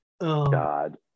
God